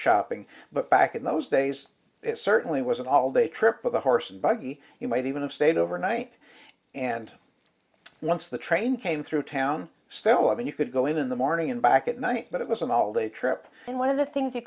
shopping but back in those days it certainly was an all day trip with a horse and buggy you might even have stayed overnight and once the train came through town still i mean you could go in in the morning and back at night but it was an all day trip and one of the things